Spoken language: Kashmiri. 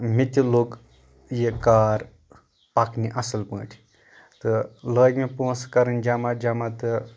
مےٚ تہِ لوٚگ یہِ کار پکنہِ اصل پٲٹھۍ تہٕ لٲگۍ مےٚ پۄنٛسہٕ کرٕنۍ جمع جمع تہٕ